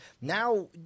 Now